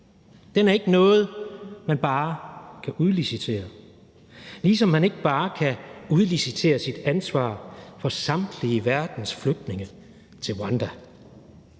Den er ikke noget, man bare kan udlicitere, ligesom man ikke bare kan udlicitere sit ansvar for samtlige verdens flygtninge til Rwanda.